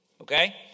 Okay